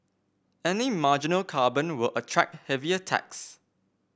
any marginal carbon will attract heavier tax